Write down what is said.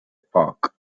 park